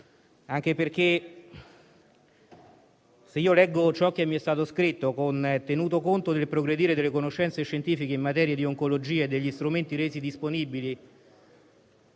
entro giugno. Se leggo ciò che mi è stato scritto, ossia «tenuto conto del progredire delle conoscenze scientifiche in materia di oncologia e degli strumenti resi disponibili»,